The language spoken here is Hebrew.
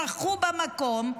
שנכחו במקום,